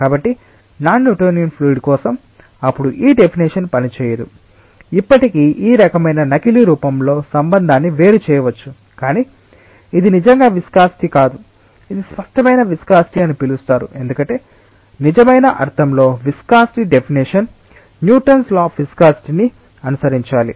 కాబట్టి non Newtonian fluid కోసం అప్పుడు ఈ డెఫినెషన్ పనిచేయదు ఇప్పటికీ ఈ రకమైన నకిలీ రూపంలో సంబంధాన్ని వేరుచేయవచ్చు కానీ ఇది నిజంగా విస్కాసిటి కాదు ఇది స్పష్టమైన విస్కాసిటి అని పిలుస్తారు ఎందుకంటే నిజమైన అర్థంలో viscosity definition Newton's law of viscosity ని అనుసరించాలి